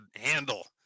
handle